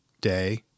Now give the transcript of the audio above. day